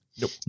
Nope